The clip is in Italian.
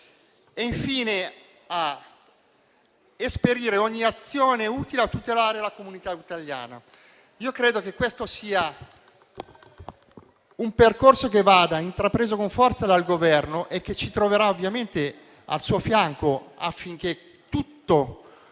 l'impegno a esperire ogni azione utile a tutelare la comunità italiana in Venezuela: credo che questo sia un percorso da intraprendere con forza dal Governo, che ci troverà ovviamente al suo fianco affinché tutto